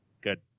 Good